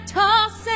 toss